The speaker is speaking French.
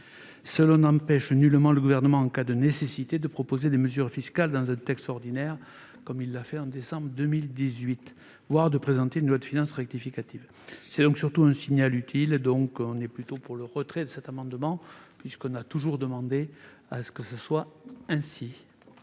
Cela n'empêche nullement le Gouvernement, en cas de nécessité, de proposer des mesures fiscales dans un texte ordinaire, comme il l'a fait en décembre 2018, voire de présenter une loi de finances rectificative. C'est donc surtout un signal utile. C'est pourquoi je demande le retrait de cet amendement. Quel est l'avis du Gouvernement ? Ainsi